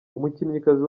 umukinnyikazi